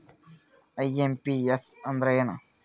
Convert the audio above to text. IMPS ಅಂದ್ರ ಏನು?